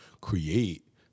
create